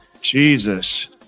Jesus